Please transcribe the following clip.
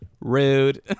Rude